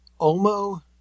Omo